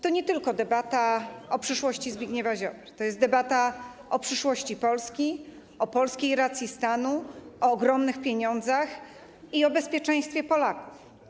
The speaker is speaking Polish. To nie jest debata tylko o przyszłości Zbigniewa Ziobry, to debata o przyszłości Polski, o polskiej racji stanu, o ogromnych pieniądzach i o bezpieczeństwie Polaków.